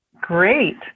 Great